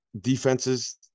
defenses